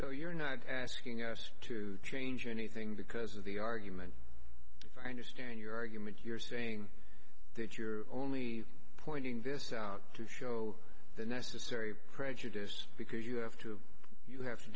so you're not asking us to change anything because of the argument if i understand your argument you're saying that you're only pointing this out to show the necessary prejudice because you have to you have to